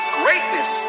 greatness